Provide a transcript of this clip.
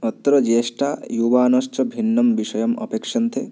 अत्र ज्येष्ठाः युवानश्च भिन्नं विषयम् अपेक्षन्ते